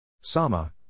Sama